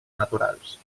naturals